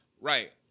Right